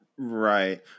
Right